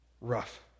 rough